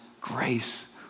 grace